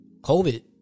COVID